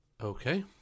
Okay